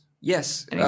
Yes